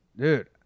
Dude